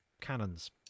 cannons